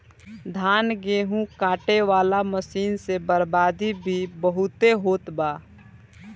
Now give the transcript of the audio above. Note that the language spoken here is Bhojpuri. धान, गेहूं काटे वाला मशीन से बर्बादी भी बहुते होत बा